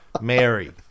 Mary